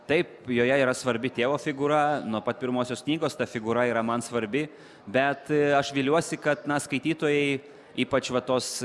taip joje yra svarbi tėvo figūra nuo pat pirmosios knygos ta figūra yra man svarbi bet aš viliuosi kad na skaitytojai ypač vat tos